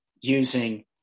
using